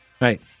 Right